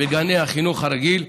בגני החינוך הרגיל,